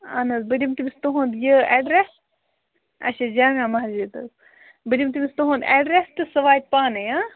اہَن حظ بہٕ دِمہٕ تٔمِس تُہُنٛد یہِ ایٚڈرس اچھا جامِیا مَسجِد حظ بہٕ دِمہٕ تٔمِس تُہُنٛد اٮ۪ڈرس تہٕ سُہ واتہِ پانَے ہاں